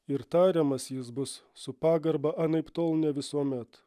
ir tariamas jis bus su pagarba anaiptol ne visuomet